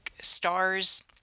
stars